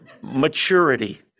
Maturity